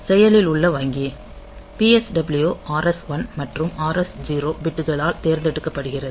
செயலில் உள்ள வங்கி PSW RS1 மற்றும் RS0 பிட்களால் தேர்ந்தெடுக்கப்படுகிறது